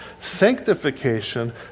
sanctification